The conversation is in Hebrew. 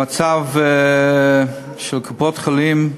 המצב של קופות-החולים,